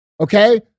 Okay